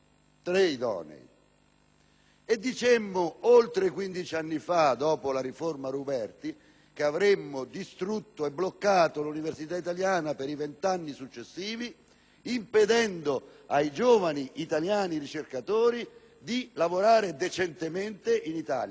E dicemmo - oltre 15 anni fa, dopo la riforma Ruberti - che avremmo distrutto e bloccato l'università italiana per i vent'anni successivi, impedendo ai giovani ricercatori italiani di lavorare decentemente nel nostro Paese, ovviamente con il risultato